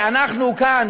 שאנחנו כאן,